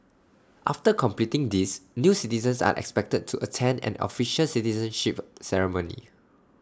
after completing these new citizens are expected to attend an official citizenship ceremony